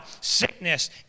sickness